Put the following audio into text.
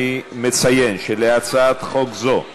אני מציין שלהצעת חוק זו,